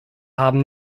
haben